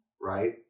right